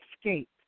escape